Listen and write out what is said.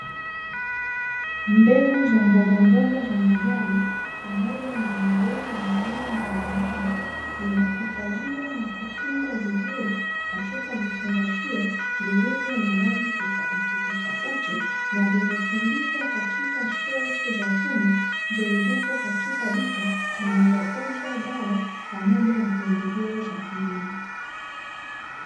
Mbegu za mbogamboga za majani pamoja na maua ya aina mbalimbali zimehifadhiwa na kufungwa vizuri katika vifungashio vilivyo na rangi tofautitofauti, na vimetundikwa katika shelfu za chuma zilizopo katika duka linalouza dawa pamoja na pembejeo za kilimo.